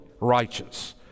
righteous